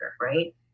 right